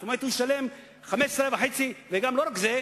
זאת אומרת שהוא ישלם 15.5%. ולא רק זה,